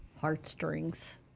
heartstrings